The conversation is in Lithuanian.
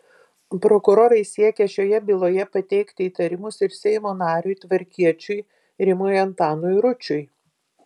prokurorai siekia šioje byloje pateikti įtarimus ir seimo nariui tvarkiečiui rimui antanui ručiui